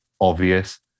obvious